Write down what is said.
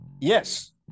yes